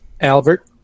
Albert